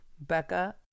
Becca